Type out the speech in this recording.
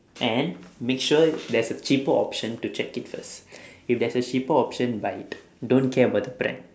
and make sure there's a cheaper option to check it first if there's a cheaper option buy it don't care about the brand